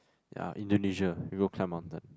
ya Indonesia we go climb mountain